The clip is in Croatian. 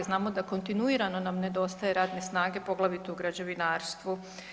Znamo da kontinuirano nam nedostaje radne snage poglavito u građevinarstvu.